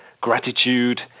gratitude